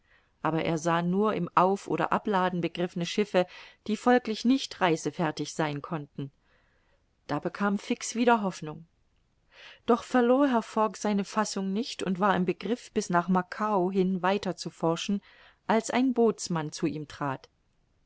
aber er sah nur im auf oder abladen begriffene schiffe die folglich nicht reisefertig sein konnten da bekam fix wieder hoffnung doch verlor herr fogg seine fassung nicht und war im begriff bis nach macao hin weiter zu forschen als ein bootsmann zu ihm trat